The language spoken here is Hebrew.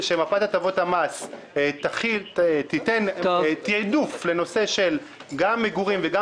ברגע שמפת הטבות המס תיתן תיעדוף גם למגורים וגם